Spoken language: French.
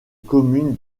commune